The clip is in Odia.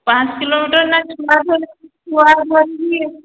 ପାଞ୍ଚ କିଲୋମିଟର ଏଇନା ଛୁଆ ଛୁଆ ଧରିକି